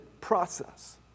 process